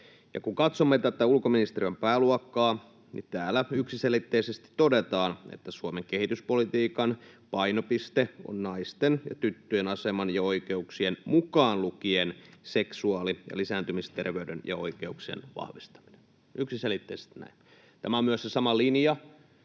Kun katsomme tätä ulkoministeriön pääluokkaa, niin täällä yksiselitteisesti todetaan, että Suomen kehityspolitiikan painopiste on naisten ja tyttöjen aseman ja oikeuksien, mukaan lukien seksuaali‑ ja lisääntymisterveyden ja ‑oikeuksien, vahvistaminen — yksiselitteisesti näin. Tämä on myös se sama linja